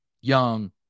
Young